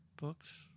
books